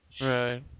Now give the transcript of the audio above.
Right